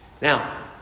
Now